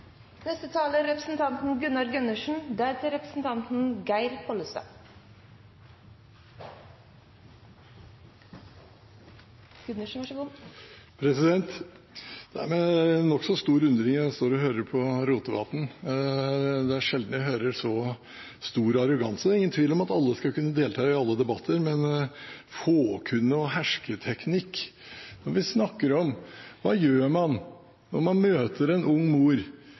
Det er sjelden jeg hører så stor arroganse. Det er ingen tvil om at alle skal kunne delta i alle debatter – men «fåkunne» og «hersketeknikk»? Vi snakker om hva man gjør når man møter en ung mor